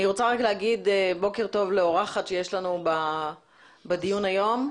אני רוצה להגיד בוקר טוב לאורחת שיש לנו בדיון היום,